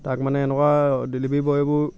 তাক মানে এনেকুৱা ডেলিভাৰী বয়বোৰ